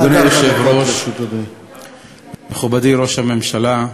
תודה, מכובדי ראש הממשלה,